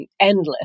endless